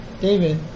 David